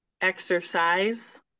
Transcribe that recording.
exercise